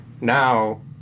Now